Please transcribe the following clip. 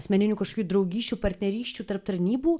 asmeninių kažkokių draugysčių partnerysčių tarp tarnybų